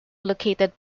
located